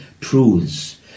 truths